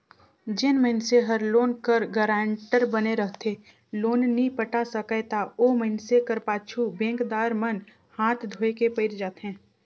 जेन मइनसे हर लोन कर गारंटर बने रहथे लोन नी पटा सकय ता ओ मइनसे कर पाछू बेंकदार मन हांथ धोए के पइर जाथें